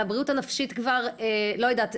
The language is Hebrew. על הבריאות הנפשית כבר לא יודעת,